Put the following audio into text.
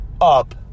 up